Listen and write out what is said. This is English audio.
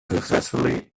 successfully